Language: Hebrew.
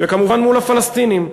וכמובן, מול הפלסטינים.